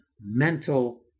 mental